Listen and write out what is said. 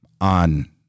On